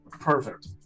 Perfect